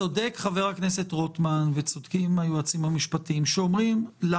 צודק חבר הכנסת רוטמן וצודקים היועצים המשפטיים שאומרים לנו: